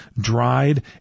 dried